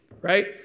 right